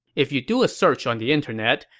if you do a search on the internet,